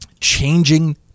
changing